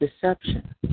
deception